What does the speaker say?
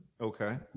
Okay